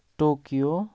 Tokyo